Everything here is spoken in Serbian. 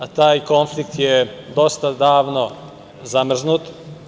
A taj konflikt je dosta davno zamrznut.